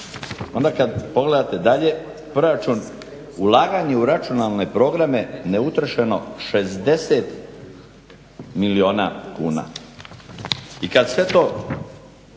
Onda kad pogledate dalje proračun ulaganje u računalne programe neutrošeno 60 milijuna kuna.